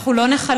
אנחנו לא ניחלש,